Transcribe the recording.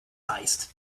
heist